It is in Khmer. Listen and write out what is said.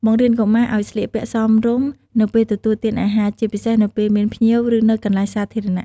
បង្រៀនកុមារឲ្យស្លៀកពាក់សមរម្យនៅពេលទទួលទានអាហារ ជាពិសេសនៅពេលមានភ្ញៀវ ឬនៅកន្លែងសាធារណៈ។